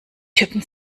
typen